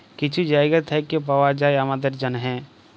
কিছু জায়গা থ্যাইকে পাউয়া যায় আমাদের জ্যনহে